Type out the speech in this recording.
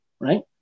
right